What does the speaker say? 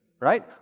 right